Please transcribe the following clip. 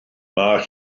mae